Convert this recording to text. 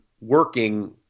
working